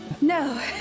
No